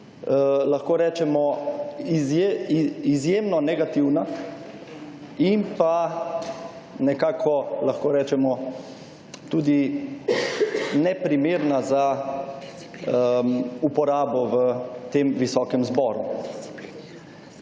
lahko rečemo, izjemno negativna in nekako, lahko rečemo, tudi neprimerna za uporabo v tem visokem zboru.